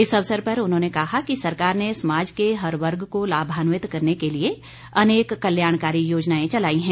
इस अवसर उन्होने कहा कि सरकार ने समाज के हर वर्ग को लाभान्वित करने के लिए अनेक कल्याणकारी योजनाएं चलाई है